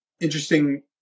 interesting